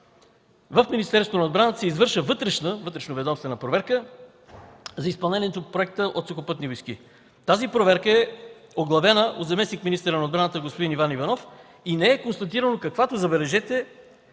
в Министерството на отбраната се извършва вътрешноведомствена проверка за изпълнението на проекта от Сухопътни войски. Тази проверка е оглавена от заместник-министъра на отбраната господин Иван Иванов и не са констатирани каквито и